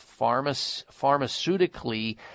pharmaceutically